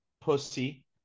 pussy